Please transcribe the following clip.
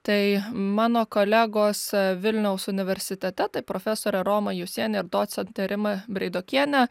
tai mano kolegos vilniaus universitete tai profesorė roma jusienė ir docentė rima breidokienė